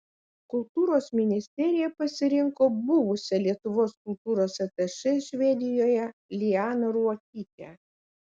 kultūros ministerija pasirinko buvusią lietuvos kultūros atašė švedijoje lianą ruokytę